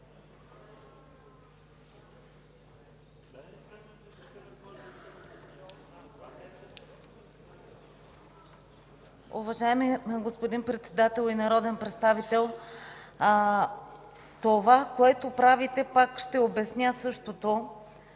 Уважаеми господин Председател и народен представител, това, което правите, пак ще обясня същото.